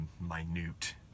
minute